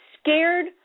scared